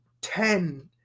ten